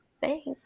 Thanks